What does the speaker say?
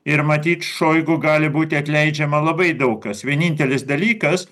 ir matyt šoigu gali būti atleidžiama labai daug kas vienintelis dalykas